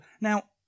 Now